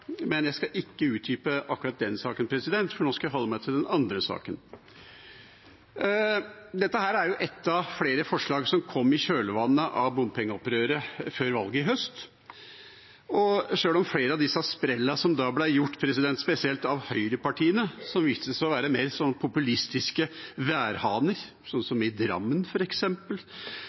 Jeg skal ikke utdype akkurat den saken, for nå skal jeg holde meg til den andre saken. Dette er ett av flere forslag som kom i kjølvannet av bompengeopprøret før valget i høst. Og sjøl om flere av disse sprellene som da ble gjort, spesielt av høyrepartiene, som viste seg å være mer populistiske værhaner, slik som f.eks. i Drammen,